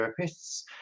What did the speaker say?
therapists